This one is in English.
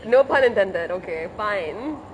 no pun intended okay fine